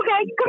okay